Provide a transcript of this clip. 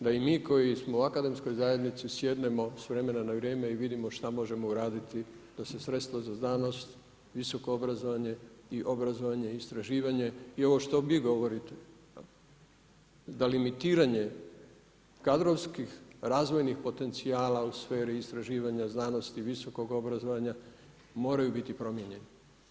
Da i mi koji smo u akademskoj zajednici sjednemo s vremena na vrijeme i vidimo šta možemo uraditi da se sredstva za znanost, visoko obrazovanje i obrazovanje i istraživanje i ovo što vi govorite, da limitiranje kadrovskih razvojnih potencijali istraživanja znanosti, visokog obrazovanja moraju biti promijenjeni.